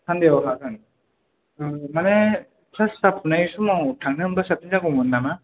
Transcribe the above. Sunday याव हागोन माने क्लास जाफुनाय समाव थांनो मोनब्ला साबसिन जागौमोन नामा